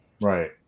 Right